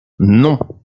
non